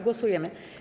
Głosujemy.